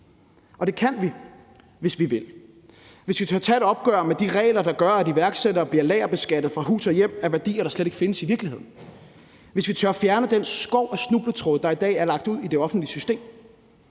Og det kan vi, hvis vi vil – hvis vi tør tage et opgør med de regler, der gør, at iværksættere bliver lagerbeskattet fra hus og hjem af værdier, der slet ikke findes i virkeligheden; hvis vi tør fjerne den skov af snubletråde, der i dag er lagt ud i det offentlige system.